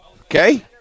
Okay